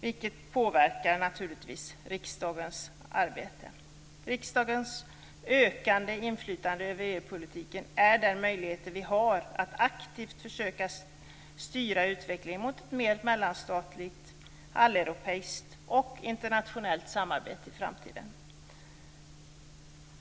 Detta påverkar naturligtvis riksdagens arbete. Riksdagens ökande inflytande över EU-politiken är den möjlighet vi har att aktivt försöka styra utvecklingen mot ett mer mellanstatligt, alleuropeiskt och internationellt samarbete i framtiden.